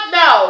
no